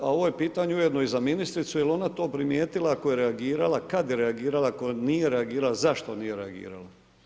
A ovo je pitanje ujedno i za ministricu, jel' ona to primijetila, ako je reagirala, kad je reagirala, ako nije reagirala, zašto nije reagirala?